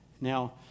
Now